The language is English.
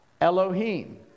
Elohim